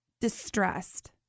distressed